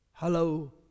Hello